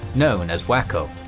known as wako.